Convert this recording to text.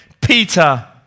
Peter